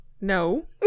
No